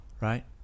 right